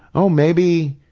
oh, maybe,